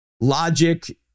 Logic